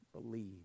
believe